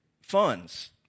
funds